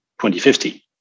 2050